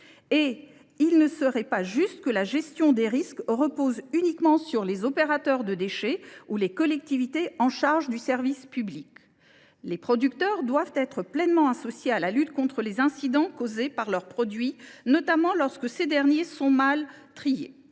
Il ne serait pas juste que la gestion des risques repose uniquement sur les opérateurs de déchets ou les collectivités chargés du service public. Les producteurs doivent être pleinement associés à la lutte contre les incidents causés par leurs produits, notamment lorsque ces derniers sont mal triés.